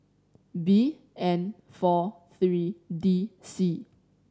B N four three D C